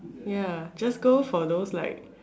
ya just go for those like